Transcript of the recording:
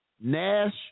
Nash